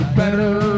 better